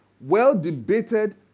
well-debated